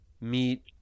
meet